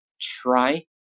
try